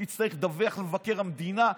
תצטרך לדווח למבקר המדינה,